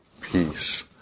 peace